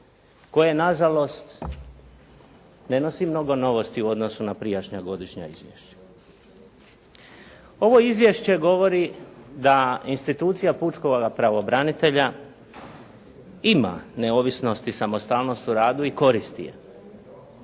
koje na žalost ne nosi mnogo novosti u odnosu na prijašnja godišnja izvješća. Ovo Izvješće govori da institucija pučkoga pravobranitelja ima neovisnost i samostalnost u radu i koristi je.